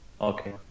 Okay